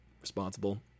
responsible